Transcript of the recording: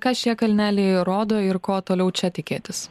ką šie kalneliai rodo ir ko toliau čia tikėtis